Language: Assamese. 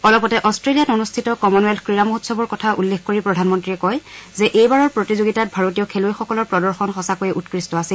অলপতে অট্টলিয়াত অনুষ্ঠিত কমনৱেল্থ ক্ৰীড়া মহোৎসৱৰ কথা উল্লেখ কৰি প্ৰধানমন্ৰীয়ে কয় যে এইবাৰৰ প্ৰতিযোগিতাত ভাৰতীয় খেলুৱৈসকলৰ প্ৰদৰ্শন সঁচাকৈয়ে উৎকৃষ্ট আছিল